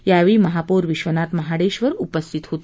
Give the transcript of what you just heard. यावेळी महापौर विधनाथ महाडेश्वर उपस्थित होते